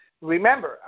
Remember